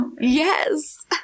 Yes